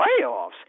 playoffs